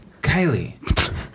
Kylie